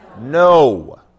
no